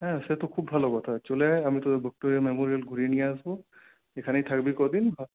সে তো খুব ভালো কথা চলে আয় আমি তোদের ভিক্টোরিয়ার মেমোরিয়াল ঘুরিয়ে নিয়ে আসবো এখানেই থাকবি কদিন